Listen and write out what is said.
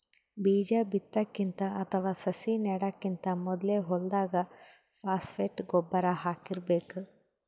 ಬೀಜಾ ಬಿತ್ತಕ್ಕಿಂತ ಅಥವಾ ಸಸಿ ನೆಡಕ್ಕಿಂತ್ ಮೊದ್ಲೇ ಹೊಲ್ದಾಗ ಫಾಸ್ಫೇಟ್ ಗೊಬ್ಬರ್ ಹಾಕಿರ್ಬೇಕ್